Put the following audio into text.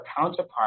counterpart